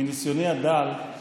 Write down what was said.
מניסיוני הדל,